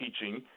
teaching